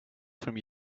from